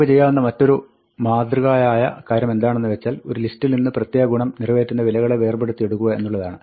നമുക്ക് ചെയ്യാവുന്ന മറ്റൊരു മാതൃകയായ കാര്യമെന്താണെന്ന് വെച്ചാൽ ഒരു ലിസ്റ്റിൽ നിന്ന് പ്രത്യേക ഗുണം നിറവേറ്റുന്ന വിലകളെ വേർപെടുത്തി എടുക്കുക എന്നുള്ളതാണ്